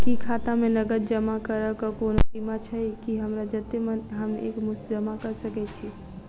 की खाता मे नगद जमा करऽ कऽ कोनो सीमा छई, की हमरा जत्ते मन हम एक मुस्त जमा कऽ सकय छी?